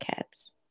kids